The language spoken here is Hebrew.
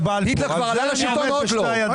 היטלר כבר עלה לשלטון או עוד לא?